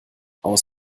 aus